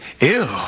ew